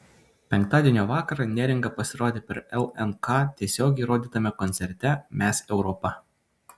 penktadienio vakarą neringa pasirodė per lnk tiesiogiai rodytame koncerte mes europa